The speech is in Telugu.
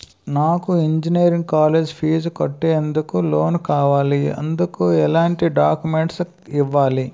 నాకు ఇంజనీరింగ్ కాలేజ్ ఫీజు కట్టేందుకు లోన్ కావాలి, ఎందుకు ఎలాంటి డాక్యుమెంట్స్ ఇవ్వాలి?